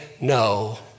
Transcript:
no